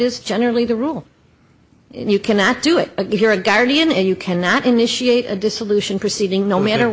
is generally the rule you cannot do it if you're a guardian and you cannot initiate a dissolution proceeding no matter